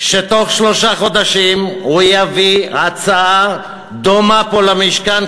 שתוך שלושה חודשים הוא יביא הצעה דומה למשכן,